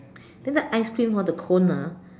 then the ice cream hor the cone ah